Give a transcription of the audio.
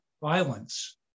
violence